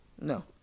No